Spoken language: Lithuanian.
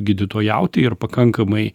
gydytojauti ir pakankamai